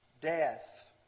death